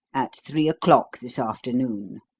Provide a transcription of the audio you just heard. at three o'clock this afternoon.